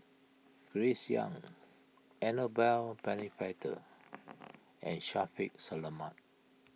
Grace Young Annabel Pennefather and Shaffiq Selamat